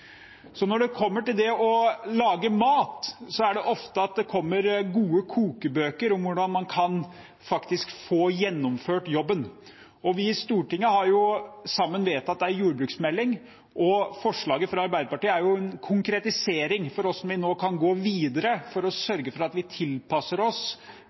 Når det kommer til det å lage mat, er det ofte det kommer gode kokebøker om hvordan man faktisk kan få gjennomført jobben. Vi i Stortinget har sammen vedtatt en jordbruksmelding. Forslaget fra Arbeiderpartiet er en konkretisering av hvordan vi nå kan gå videre for å sørge for å tilpasse oss